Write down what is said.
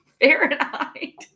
Fahrenheit